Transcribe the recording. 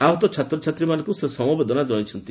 ଆହତ ଛାତ୍ରଛାତ୍ରୀମାନଙ୍କୁ ସେ ସମବେଦନା ଜଣାଇଛନ୍ତି